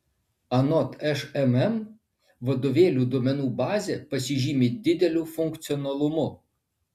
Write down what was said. anot šmm vadovėlių duomenų bazė pasižymi dideliu funkcionalumu